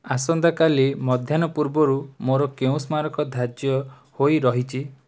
ଆସନ୍ତା କାଲି ମଧ୍ୟାହ୍ନ ପୂର୍ବରୁ ମୋର କେଉଁ ସ୍ମାରକ ଧାର୍ଯ୍ୟ ହୋଇ ରହିଛି